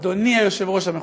אדוני היושב-ראש המכובד,